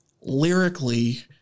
Lyrically